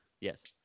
Yes